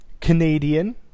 Canadian